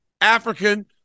African